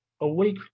Awake